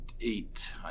eight